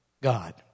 God